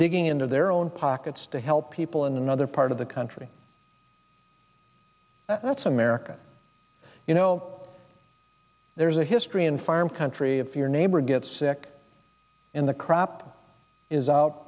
digging into their own pockets to help people in another part of the country that's america you know there's a history in farm country if your neighbor gets sick and the crop is out